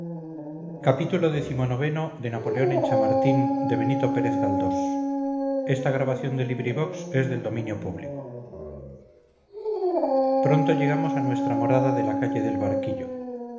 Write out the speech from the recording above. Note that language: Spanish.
xxvii xxviii xxix napoleón en chamartín de benito pérez galdós pronto llegamos a nuestra morada de la calle del barquillo